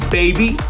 baby